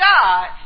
God